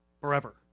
forever